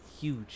huge